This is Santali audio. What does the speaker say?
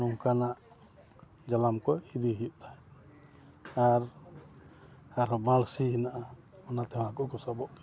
ᱱᱚᱝᱠᱟᱱᱟᱜ ᱡᱟᱞᱟᱢ ᱠᱚ ᱤᱫᱤ ᱦᱩᱭᱩᱜᱼᱟ ᱟᱨ ᱟᱨᱦᱚᱸ ᱵᱟᱹᱲᱥᱤ ᱦᱮᱱᱟᱜᱼᱟ ᱚᱱᱟ ᱛᱮᱦᱚᱸ ᱦᱟᱹᱠᱩ ᱠᱚ ᱥᱟᱵᱚᱜ ᱜᱮᱭᱟ